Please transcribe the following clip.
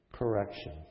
Correction